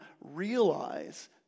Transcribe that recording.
realize